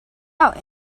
out